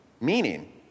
meaning